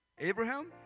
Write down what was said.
Abraham